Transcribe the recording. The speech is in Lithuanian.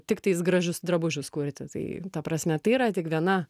tiktais gražus drabužius kurti tai ta prasme tai yra tik viena